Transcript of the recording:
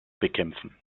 bekämpfen